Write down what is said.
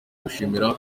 gushimira